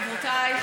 חברותיי,